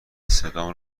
صدام